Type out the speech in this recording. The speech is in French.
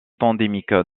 endémique